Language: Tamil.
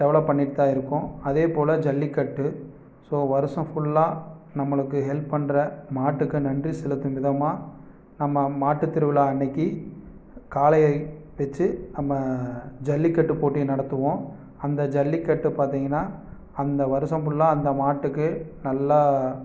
டெவலப் பண்ணிகிட்டுதான் இருக்கோம் அதே போல் ஜல்லிக்கட்டு ஸோ வருஷம் ஃபுல்லாக நம்மளுக்கு ஹெல்ப் பண்ற மாட்டுக்கு நன்றி செலுத்தும் விதமாக நம்ம மாட்டுத்திருவிழா அன்னிக்கி காளையை வெச்சு நம்ம ஜல்லிக்கட்டு போட்டியை நடத்துவோம் அந்த ஜல்லிக்கட்டு பார்த்திங்கன்னா அந்த வருஷம் ஃபுல்லாக அந்த மாட்டுக்கு நல்லா